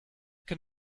can